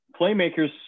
playmakers